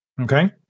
Okay